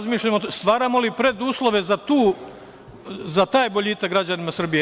Stvaramo li preduslove za taj boljitak građanima Srbije?